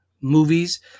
movies